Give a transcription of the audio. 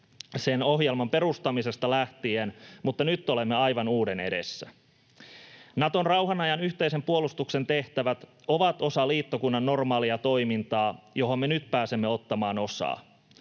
sen ohjelman perustamisesta lähtien, mutta nyt olemme aivan uuden edessä. Naton rauhanajan yhteisen puolustuksen tehtävät ovat osa liittokunnan normaalia toimintaa, johon me nyt pääsemme ottamaan osaa.